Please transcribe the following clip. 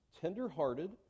tenderhearted